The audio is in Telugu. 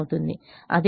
అదేవిధంగా3X1 X2 ≤ 11